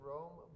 Rome